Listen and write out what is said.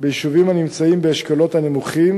ביישובים הנמצאים באשכולות הנמוכים,